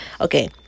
okay